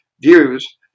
views